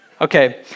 Okay